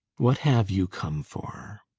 what have you come for?